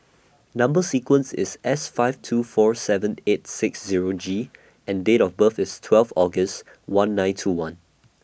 Number sequence IS S five two four seven eight six Zero G and Date of birth IS twelve August one nine two one